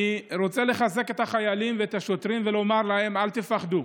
אני רוצה לחזק את ידי החיילים ואת השוטרים ולומר להם: אל תפחדו,